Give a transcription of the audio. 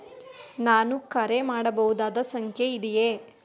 ನಾನು ಕರೆ ಮಾಡಬಹುದಾದ ಸಂಖ್ಯೆ ಇದೆಯೇ?